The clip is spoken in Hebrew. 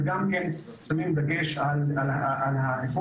וגם שמים דגש על האיכות,